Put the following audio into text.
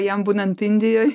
jam būnant indijoj